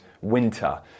winter